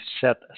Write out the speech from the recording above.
set